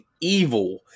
evil